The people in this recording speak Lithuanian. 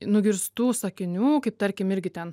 nugirstų sakinių kaip tarkim irgi ten